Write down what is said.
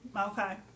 Okay